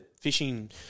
fishing